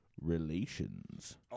relations